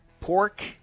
pork